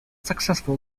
successful